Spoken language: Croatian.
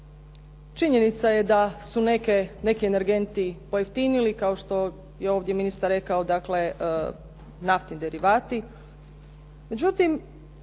činjenica je da su neke, neki energenti pojeftinili kao što je ovdje ministar rekao, dakle naftni derivati.